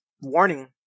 warning